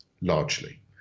largely